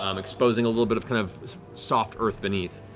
um exposing a little bit of kind of soft earth beneath.